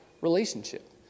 relationship